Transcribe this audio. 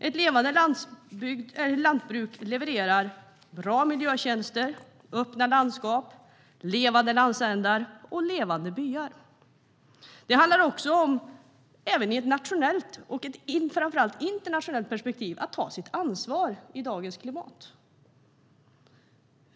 Ett levande lantbruk levererar bra miljötjänster, öppna landskap, levande landsändar och levande byar. I dagens klimat handlar det om att ta sitt ansvar i ett nationellt men framför allt internationellt perspektiv.